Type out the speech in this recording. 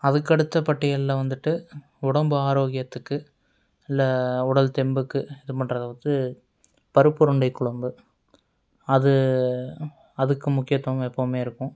அதுக்கடுத்த பட்டியலில் வந்துட்டு உடம்பு ஆரோக்கியத்துக்கு இல்லை உடல் தெம்புக்கு இது பண்ணுறது வந்து பருப்புருண்டை குழம்பு அது அதுக்கு முக்கியத்துவம் எப்போதுமே இருக்கும்